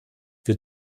wir